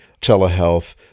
telehealth